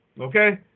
Okay